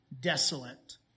desolate